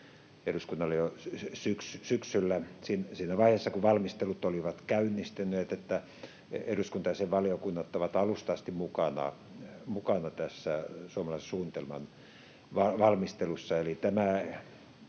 eduskunnalle jo syksyllä siinä vaiheessa, kun valmistelut olivat käynnistyneet, että eduskunta ja sen valiokunnat ovat alusta asti mukana tässä suomalaisen suunnitelman valmistelussa.